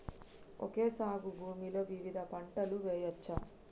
Okay సాగు భూమిలో వివిధ పంటలు వెయ్యచ్చా?